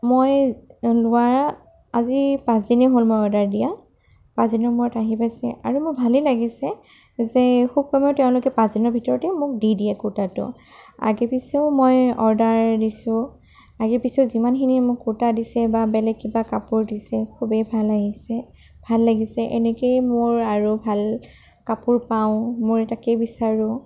মই লোৱা আজি পাঁচদিনেই হ'ল মই অৰ্ডাৰ দিয়া পাঁচদিনৰ মূৰত আহি পাইছে আৰু মোৰ ভালেই লাগিছে যে তেওঁলোকে পাঁচদিনৰ ভিতৰতে মোক দি দিয়ে কুৰ্টাটো আগে পিছেও মই অৰ্ডাৰ দিছোঁ আগে পিছেও যিমানখিনি মোক কুৰ্টা দিছে বা বেলেগ কিবা কাপোৰ দিছে খুবেই ভাল আহিছে ভাল লাগিছে এনেকেই মোৰ আৰু ভাল কাপোৰ পাওঁ ময়ো তাকেই বিচাৰোঁ